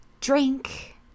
drink